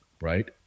right